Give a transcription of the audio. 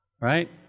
right